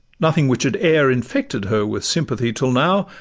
nothing which had e'er infected her with sympathy till now,